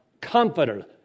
comforter